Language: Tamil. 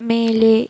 மேலே